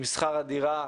עם שכר הדירה,